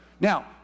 Now